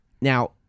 Now